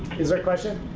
is there a question?